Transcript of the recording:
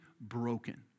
broken